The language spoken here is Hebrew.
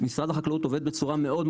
משרד החקלאות עובד בצורה מאוד,